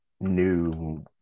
New